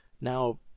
Now